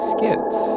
Skits